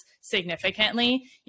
significantly